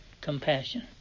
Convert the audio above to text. compassion